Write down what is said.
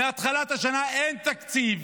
מתחילת השנה אין תקציב,